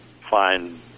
find